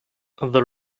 the